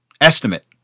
estimate